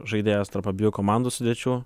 žaidėjas tarp abiejų komandų sudėčių